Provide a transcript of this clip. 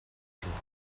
jours